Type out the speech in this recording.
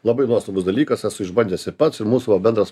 labai nuostabus dalykas esu išbandęs ir pats ir mūsų va bendras